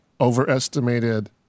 overestimated